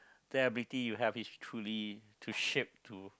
their ability you have is truly to ship to